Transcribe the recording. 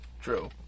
True